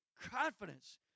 confidence